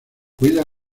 cuida